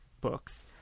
books